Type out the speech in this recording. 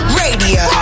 radio